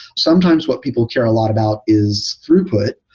sometimes what people care a lot about is throughput.